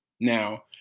Now